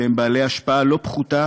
שהם בעלי השפעה לא פחותה,